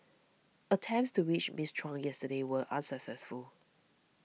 attempts to reach Miss Chung yesterday were unsuccessful